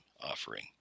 offering